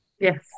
Yes